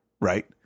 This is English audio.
right